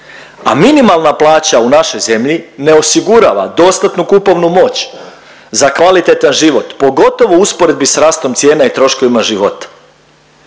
A minimalna plaća u našoj zemlji ne osigurava dostatnu kupovnu moć za kvalitetan život, pogotovo u usporedbi s rastom cijena i troškovima života,